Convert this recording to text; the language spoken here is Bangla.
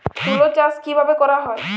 তুলো চাষ কিভাবে করা হয়?